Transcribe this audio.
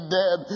dead